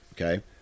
okay